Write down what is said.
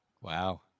Wow